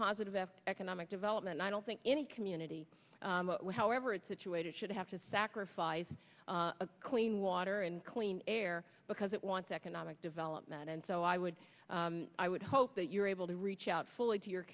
positive after economic development i don't think any community however it situated should have to sacrifice a clean water and clean air because it wants economic development and so i would i would hope that you're able to reach out fully to your